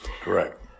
Correct